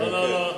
לא, לא.